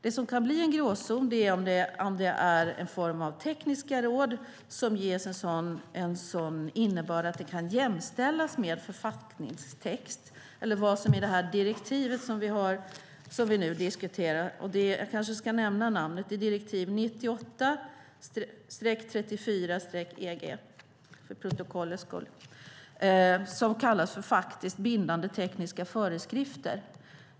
Det som kan bli en gråzon är om det är en form av tekniska råd som ges en sådan innebörd att de kan jämställas med författningstext och som kallas för faktiskt bindande tekniska föreskrifter. Jag kan för protokollets skull nämna att det direktiv vi nu diskuterar är direktiv 98 EG.